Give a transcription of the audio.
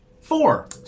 Four